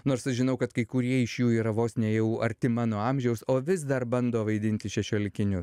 nors aš žinau kad kai kurie iš jų yra vos ne jau arti mano amžiaus o vis dar bando vaidinti šešiolikinius